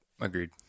Agreed